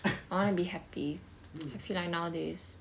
mm